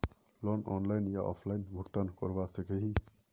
Loan online या offline भुगतान करवा सकोहो ही?